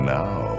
now